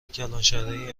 کلانشهرهایی